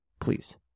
please